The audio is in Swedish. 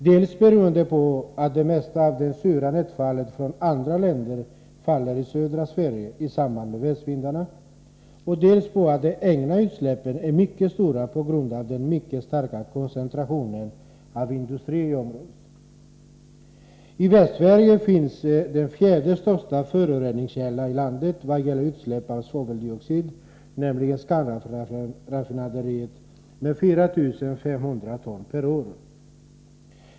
Med västvindarna kommer nämligen det mesta av andra länders luftföroreningar in över södra Sverige. Även de egna utsläppen i området är mycket stora på grund av den mycket starka koncentrationen av industrier. I Västsverige finns landets fjärde största föroreningskälla i vad gäller utsläpp av svaveldioxid, nämligen Scanraff som släpper ut 4 500 ton per år.